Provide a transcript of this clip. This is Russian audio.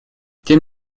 тем